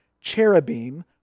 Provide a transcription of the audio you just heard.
cherubim